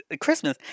Christmas